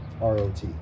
rot